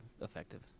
effective